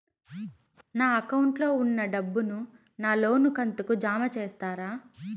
నా అకౌంట్ లో ఉన్న డబ్బును నా లోను కంతు కు జామ చేస్తారా?